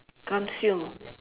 consume